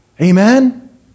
Amen